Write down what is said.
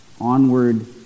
onward